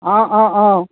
आं आं आं